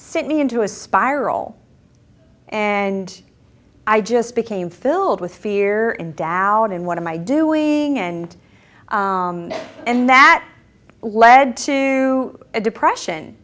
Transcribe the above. sent me into a spiral and i just became filled with fear and doubt in what am i doing and and that led to a depression